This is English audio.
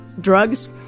drugs